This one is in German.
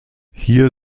hier